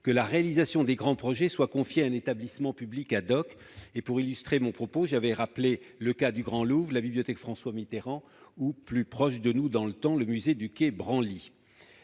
que la réalisation des grands projets soit confiée à un établissement public. Pour illustrer mon propos, j'ai rappelé le cas du Grand Louvre, de la bibliothèque François-Mitterrand ou, plus proche de nous dans le temps, du musée du quai Branly.